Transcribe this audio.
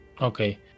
Okay